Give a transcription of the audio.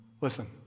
Listen